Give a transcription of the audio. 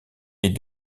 est